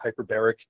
hyperbaric